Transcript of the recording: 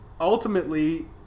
Ultimately